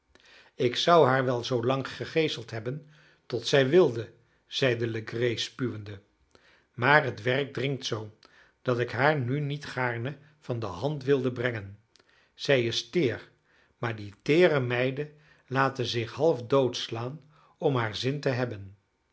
ik zou haar wel zoolang gegeeseld hebben tot zij wilde zeide legree spuwende maar het werk dringt zoo dat ik haar nu niet gaarne van de hand wilde brengen zij is teer maar die teere meiden laten zich halfdood slaan om haar zin te hebben